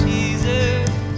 Jesus